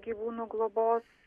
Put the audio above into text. gyvūnų globos